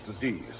disease